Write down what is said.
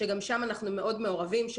שגם שם אנחנו מאוד מעורבים,